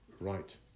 right